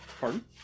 pardon